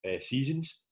seasons